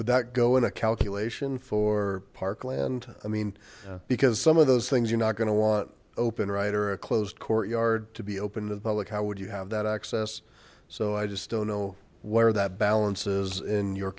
but that go in a calculation for parkland i mean because some of those things are not going to want open right or a closed court yard to be open to the public how would you have that access so i just don't know where that balances in your